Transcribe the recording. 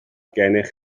gennych